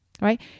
right